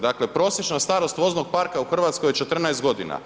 Dakle, prosječna starost voznog parka u Hrvatskoj je 14 godina.